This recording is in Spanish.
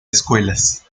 escuelas